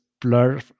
blur